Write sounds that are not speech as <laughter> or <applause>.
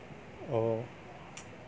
oh <noise>